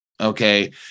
Okay